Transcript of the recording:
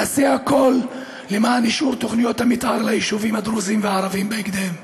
נעשה הכול למען אישור תוכניות המתאר ליישובים הדרוזיים והערביים בהקדם.